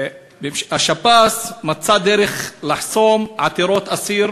השב"ס מצא דרך לחסום עתירות-אסיר,